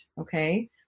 Okay